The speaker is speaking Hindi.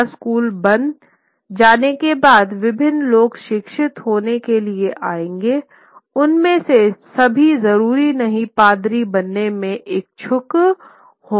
एक बार स्कूल बन जाने के बाद विभिन्न लोग शिक्षित होने के लिए आएँगे उनमें से सभी जरूरी नहीं पादरी बनने में इच्छुक हो